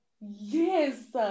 Yes